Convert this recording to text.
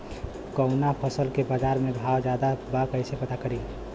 कवना फसल के बाजार में भाव ज्यादा बा कैसे पता करि?